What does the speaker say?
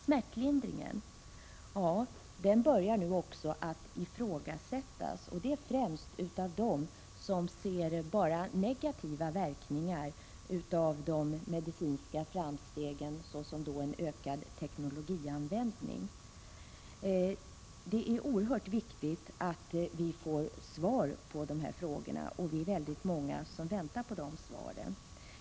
Smärtlindringen börjar nu också ifrågasättas, och det är främst av dem som ser bara negativa verkningar av de medicinska framstegen, t.ex. en ökad teknologianvändning. Det är oerhört viktigt att få svar på dessa frågor, och vi är många som väntar på dessa svar.